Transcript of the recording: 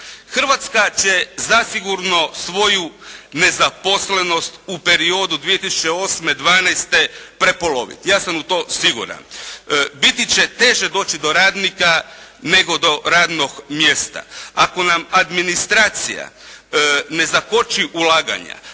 Hrvatska će zasigurno svoju nezaposlenost u periodu 2008.-2012. prepoloviti. Ja sam u to siguran. Biti će teže doći do radnika nego do radnog mjesta. Ako nam administracija ne zakoči ulaganja